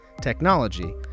Technology